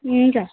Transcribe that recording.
हुन्छ